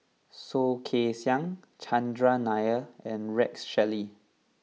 Soh Kay Siang Chandran Nair and Rex Shelley